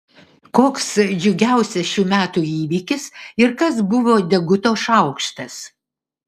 koks džiugiausias šių metų įvykis ir kas buvo deguto šaukštas